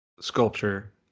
sculpture